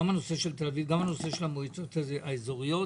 גם של המועצות האזוריות,